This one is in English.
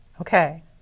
Okay